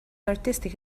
artistic